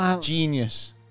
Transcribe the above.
Genius